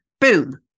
Boom